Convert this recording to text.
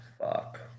fuck